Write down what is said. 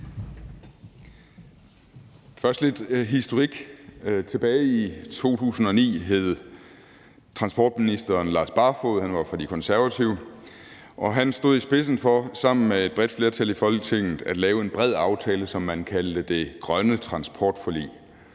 med lidt historik. Tilbage i 2009 hed transportministeren Lars Barfoed. Han var fra De Konservative, og han stod sammen med et bredt flertal i Folketinget i spidsen for at lave en bred aftale, som man kaldte det grønne transportforlig.